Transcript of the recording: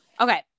Okay